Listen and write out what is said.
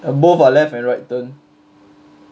both ah left and right turn